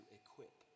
equip